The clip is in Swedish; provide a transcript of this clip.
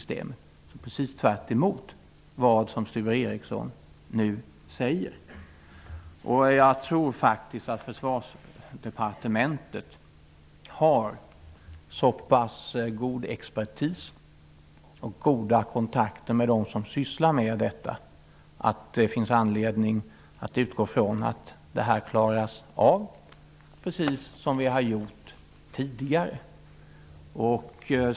Det är alltså precis tvärtemot vad Sture Ericson nu säger. Jag tror faktiskt att Försvarsdepartementet har så pass god expertis och goda kontakter med dem som sysslar med detta att det finns anledning att utgå från att det här klaras av, precis som tidigare.